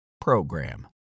program